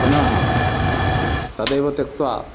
पुनः तदेव त्यक्त्वा